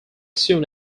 soon